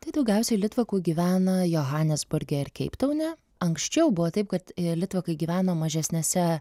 tai daugiausiai litvakų gyvena johanesburge keiptaune anksčiau buvo taip kad litvakai gyveno mažesnėse